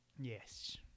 Yes